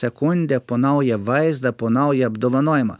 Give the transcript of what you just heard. sekundę po naują vaizdą po nauja apdovanojimą